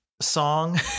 song